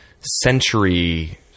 century